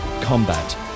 combat